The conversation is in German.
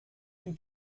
dem